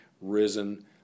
risen